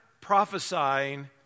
prophesying